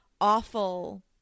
awful